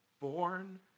born